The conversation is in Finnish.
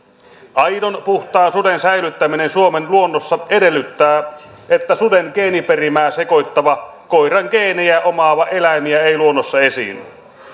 aidon puhtaan suden säilyttäminen suomen luonnossa edellyttää että suden geeniperimää sekoittavia koiran geenejä omaavia eläimiä ei luonnossa esiinny